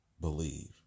believe